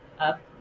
up